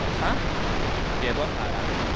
तथा व्यवहरामि